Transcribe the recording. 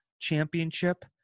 championship